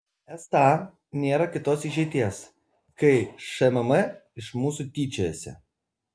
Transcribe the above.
esą nėra kitos išeities kai šmm iš mūsų tyčiojasi